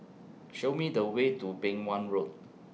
Show Me The Way to Beng Wan Road